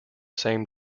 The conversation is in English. same